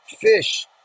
fish